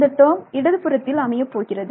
இந்த டேர்ம் இடதுபுறத்தில் அமையப்போகிறது